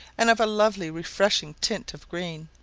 and of a lovely refreshing tint of green.